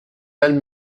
mal